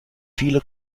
viele